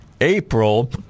April